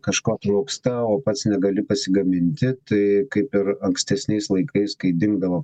kažko trūksta o pats negali pasigaminti tai kaip ir ankstesniais laikais kai dingdavo